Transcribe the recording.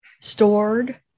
stored